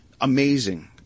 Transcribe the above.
Amazing